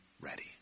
ready